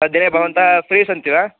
तद्दिने भवन्तः फ़्रि सन्ति वा